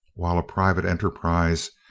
while a private enterprise,